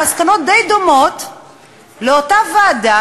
המסקנות די דומות לאלה של אותה ועדה